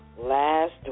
last